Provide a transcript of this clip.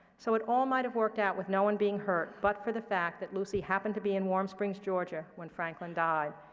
so it all might have worked out with no one being hurt but for the fact that lucy happened to be in warm springs, georgia when franklin died.